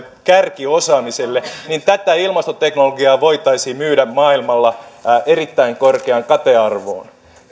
kärkiosaamiselle niin tätä ilmastoteknologiaa voitaisiin myydä maailmalla erittäin korkeaan katearvoon